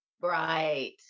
Right